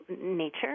nature